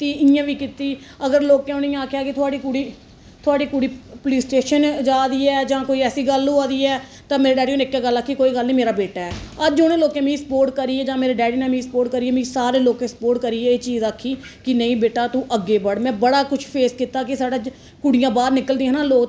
इ'यां बी कीती अगर लोकें उनें गी आखेआ कि थुआढ़ी कुड़ी थुआढ़ी कुड़ी पुलिस स्टेशन जा दी ऐ जां कोई ऐसी गल्ल होआ दी ऐ तां मेरे डैडी होरें इक गल्ल आक्खी कि तां केह् होएआ मेरा बेटा ऐ अज्ज उ'नें लोकें मिगी सपोर्ट करी जां मेरे डैडी ने मिगी सपोर्ट करियै मी सारें लोकें मिगी सपोर्ट करियै एह् चीज़ आक्खी कि नेईं बेटा तू अग्गें बढ़ में बड़ा कुछ फेस कीता कि साढ़ै कुड़ियां बाहर निकलदियां हा न लोक